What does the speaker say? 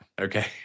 Okay